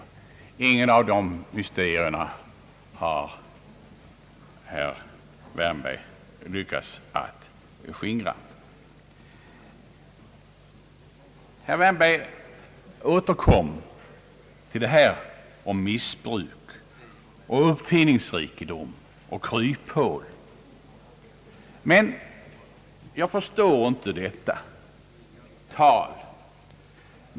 Inget av dessa mysterier har herr Wärnberg lyckats skingra. Herr Wärnberg återkom till missbruk, uppfinningsrikedom och kryphål, men jag förstår inte detta tal.